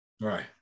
Right